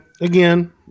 again